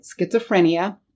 schizophrenia